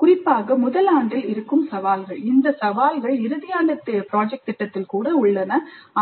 குறிப்பாக முதல் ஆண்டில் இருக்கும் சவால்கள் இந்த சவால்கள் இறுதி ஆண்டு திட்டத்தில் கூட உள்ளன